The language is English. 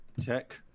tech